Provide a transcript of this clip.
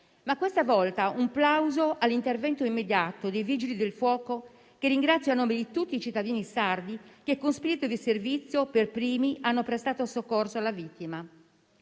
Ma questa volta un plauso all'intervento immediato dei Vigili del fuoco, che ringrazio a nome di tutti i cittadini sardi, che con spirito di servizio per primi hanno prestato soccorso alla vittima,